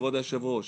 כבוד היו"ר.